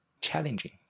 challenging